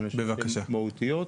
אבל אני חושב שהן משמעותיות.